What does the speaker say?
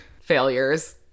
failures